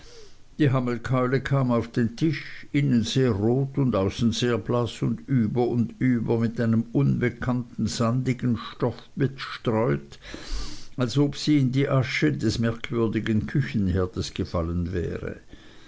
die hammelkeule kam auf den tisch innen sehr rot und außen sehr blaß und über und über mit einem unbekannten sandigen stoff bestreut als ob sie in die asche des merkwürdigen küchenherdes gefallen wäre